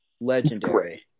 Legendary